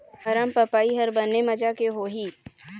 अरमपपई हर बने माजा के होही?